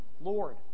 Lord